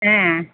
ஆ